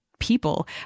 people